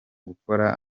gukora